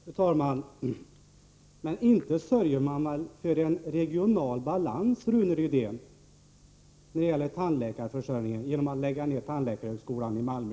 Fru talman! Men inte sörjer man väl för en regional balans när det gäller tandläkarförsörjning, Rune Rydén, genom att lägga ned tandläkarhögskolan i Malmö?